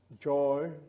joy